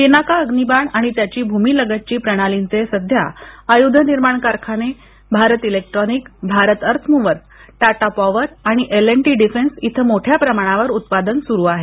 पिनाक अग्निबाण आणि त्याची भूमीलगतची प्रणालींचे सध्या आय्ध निर्मिती कारखाने Bharat electronic Bharat earthmover Tata power आणि एल अँड टी डिफेन्स येथे मोठ्या प्रमाणावर उत्पादन सुरु आहे